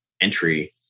entry